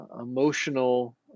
emotional